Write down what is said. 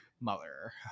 mother